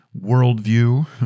worldview